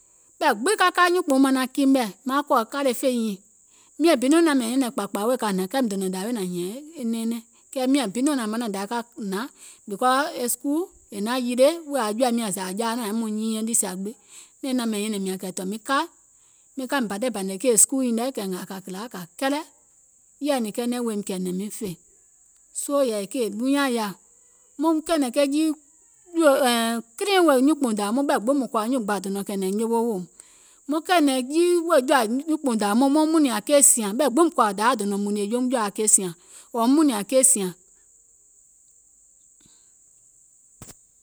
E bà niŋ nɔ̀ŋ maŋ kiìkàmàŋ, maŋ kiìkàmàŋ maŋ, maŋ jè a a anyuùŋ gbòà kui mie nyàŋ, yèè ɓɛìŋ maŋ maŋ maŋ maŋ, maŋ yè miiŋ maŋ maŋ hàwa màŋ, màŋ yaà yɛi mààŋ wɔŋ gɛ̀ɛ̀ŋ, maŋ hàwa bi maŋ gɔ̀à maŋ maŋ manàŋ miìŋ, yèè ɓɛìŋ maŋ hȧwa màŋ bà maŋ, ȧŋ nyȧaŋ miŋ kààŋtìkȧ, maŋ bà guùŋ miiŋ, maŋ gɔ̀àȧ maŋ manȧŋ miìŋ, è jùà.